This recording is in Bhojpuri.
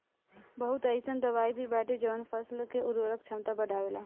बहुत अईसन दवाई भी बाटे जवन फसल के उर्वरक क्षमता बढ़ावेला